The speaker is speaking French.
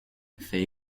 fait